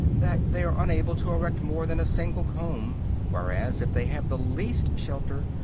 that they are unable to erect more than a single comb whereas, if they have the least shelter,